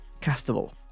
Castable